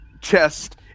chest